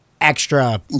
Extra